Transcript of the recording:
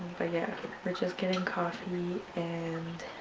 but yeah, we're just getting coffee and